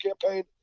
campaign